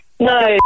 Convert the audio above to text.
No